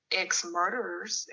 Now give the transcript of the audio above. ex-murderers